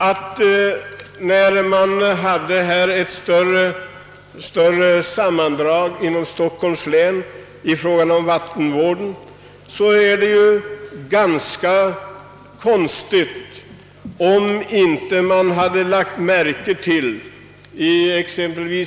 Det hölls nyligen en större sammankomst inom Stockholms län för att diskutera vattenvården, och det är ganska egendomligt om man inte tidigare lagt märke till dessa problem.